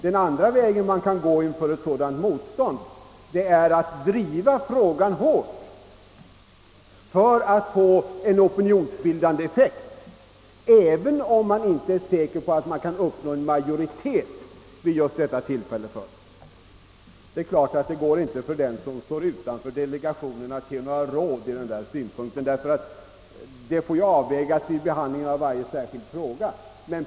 Den andra vägen vid ett sådant motstånd är att driva frågan hårt för att få en opinionsbildande effekt, även om man inte är säker på att kunna uppnå en majoritet vid just detta tillfälle. Det är klart att det inte är möjligt för dem som står utanför delegationen att ge några detaljerade råd härvidlag, ty det gäller att göra avvägningar vid behandlingen av varje särskild fråga.